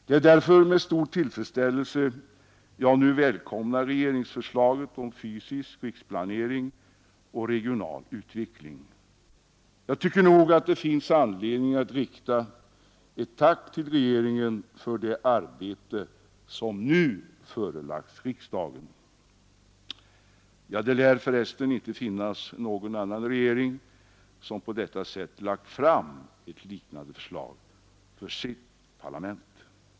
Därför är det med stor tillfredsställelse som jag nu välkomnar regeringsförslaget om fysisk riksplanering och regional utveckling. Jag tycker det finns anledning att rikta ett tack till regeringen för det arbete som nu redovisats för riksdagen. Det lär inte finnas någon annan regering som lagt fram liknande förslag för sitt parlament.